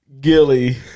Gilly